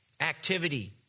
activity